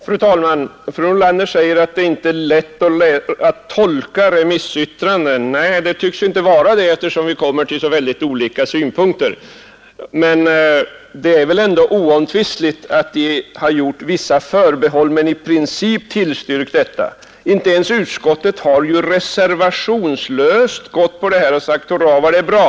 Fru talman! Fru Nordlander säger att det inte är lätt att tolka remissyttranden. Nej, det tycks inte vara det, eftersom vi kommer till så väldigt olika slutsatser. Men det är väl ändå oomtvistligt att man har gjort vissa förbehåll men i princip tillstyrkt förslaget. Inte ens utskottet har ju reservationslöst biträtt förslaget och sagt: Hurra vad det är bra.